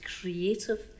creative